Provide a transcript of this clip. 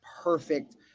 perfect